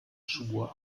schwur